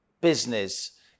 business